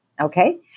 okay